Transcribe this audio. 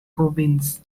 province